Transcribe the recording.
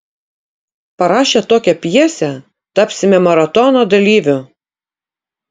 parašę tokią pjesę tapsime maratono dalyviu